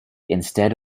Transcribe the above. instead